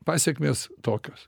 pasekmės tokios